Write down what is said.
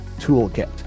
toolkit